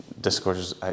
Discourses